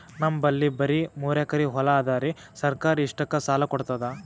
ನಮ್ ಬಲ್ಲಿ ಬರಿ ಮೂರೆಕರಿ ಹೊಲಾ ಅದರಿ, ಸರ್ಕಾರ ಇಷ್ಟಕ್ಕ ಸಾಲಾ ಕೊಡತದಾ?